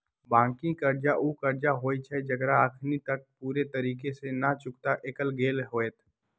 बाँकी कर्जा उ कर्जा होइ छइ जेकरा अखनी तक पूरे तरिका से न चुक्ता कएल गेल होइत